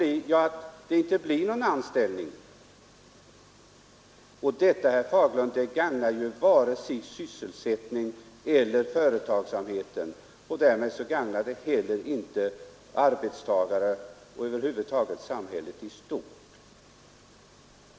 Jo, det kanske inte blir någon anställning alls. Detta gagnar varken sysselsättningen eller företagsamheten och därmed heller inte arbetstagare eller samhället i stort.